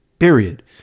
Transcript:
period